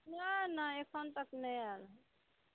नहि नहि एखन तक नहि आयल हँ